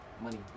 money